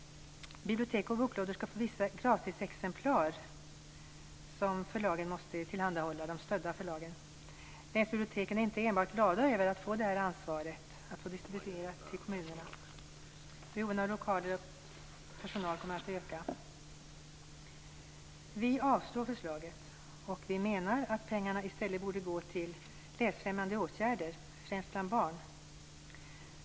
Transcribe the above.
Bibliotek och boklådor skall få vissa gratisexemplar som förlagen med stöd skall tillhandahålla. Men biblioteken är inte enbart glada över att få ansvaret att distribuera till kommunerna. Det är fråga om att ordna lokaler och personal. Vi yrkar avslag på förslaget och menar att pengarna borde gå till läsfrämjande åtgärder främst bland barn.